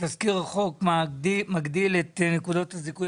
שתזכיר החוק מגדיל את נקודות הזיכוי